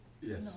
Yes